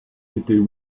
était